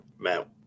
Matt